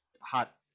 hot